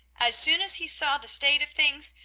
as soon as he saw the state of things,